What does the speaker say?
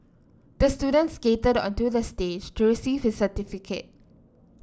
the student skated onto the stage to receive his certificate